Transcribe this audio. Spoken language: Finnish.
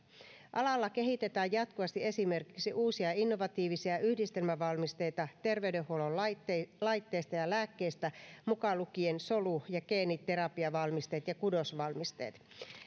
alalla kehitetään jatkuvasti esimerkiksi uusia innovatiivisia yhdistelmävalmisteita terveydenhuollon laitteista laitteista ja lääkkeistä mukaan lukien solu ja geeniterapiavalmisteet ja kudosvalmisteet